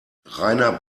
rainer